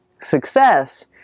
success